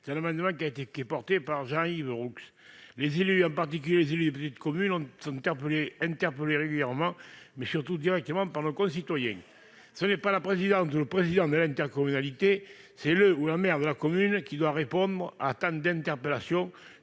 d'un amendement porté par Jean-Yves Roux. Les élus, en particulier ceux des petites communes, sont interpellés régulièrement, mais surtout directement, par nos concitoyens. C'est non pas la présidente ou le président de l'intercommunalité, mais le ou la maire de sa commune qui doit répondre à tant d'interpellations